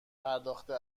پرداخته